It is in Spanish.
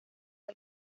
del